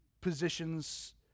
positions